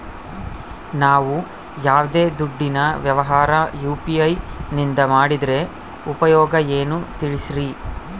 ನಾವು ಯಾವ್ದೇ ದುಡ್ಡಿನ ವ್ಯವಹಾರ ಯು.ಪಿ.ಐ ನಿಂದ ಮಾಡಿದ್ರೆ ಉಪಯೋಗ ಏನು ತಿಳಿಸ್ರಿ?